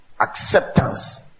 acceptance